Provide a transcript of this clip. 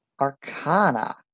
Arcana